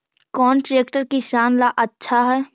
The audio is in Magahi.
कौन ट्रैक्टर किसान ला आछा है?